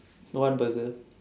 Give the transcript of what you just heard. what burger